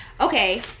okay